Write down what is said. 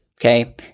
Okay